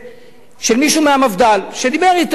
עם מישהו מהמפד"ל שדיבר אתו על הישיבות,